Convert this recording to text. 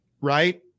right